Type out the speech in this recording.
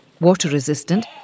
water-resistant